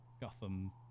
Gotham